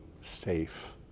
safe